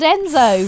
Enzo